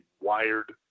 wired